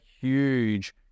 huge